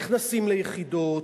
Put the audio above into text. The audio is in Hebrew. נכנסים ליחידות,